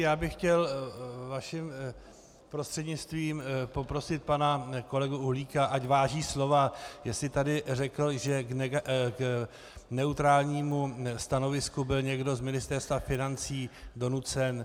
Já bych chtěl vaším prostřednictvím poprosit pana kolegu Uhlíka, ať váží slova, jestli tady řekl, že k neutrálnímu stanovisku byl někdo z Ministerstva financí donucen.